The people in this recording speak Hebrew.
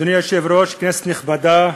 אדוני היושב-ראש, כנסת נכבדה,